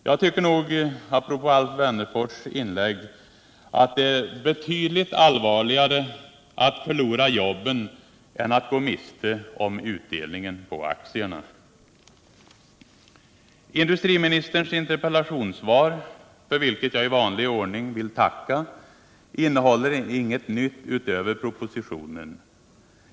Jag tycker nog, apropå Alf Wennerfors inlägg, att det är betydligt allvarligare att förlora jobben än att gå miste om utdelningen på aktierna. Industriministerns interpellationssvar, för vilket jag i vanlig ordning vill tacka, innehåller inget nytt utöver vad som står i propositionen.